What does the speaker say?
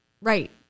Right